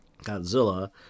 Godzilla